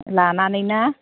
लानानैना